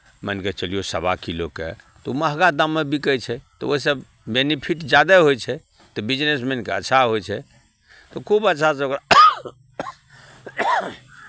मानि कऽ चलियौ सवा किलोके तऽ ओ महगा दाममे बिकै छै तऽ ओहिसँ बेनिफिट ज्यादे होइ छै तऽ बिजनेस मानि कऽ अच्छा होइ छै तऽ खूब अच्छासँ ओकरा